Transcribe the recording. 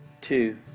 two